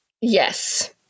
Yes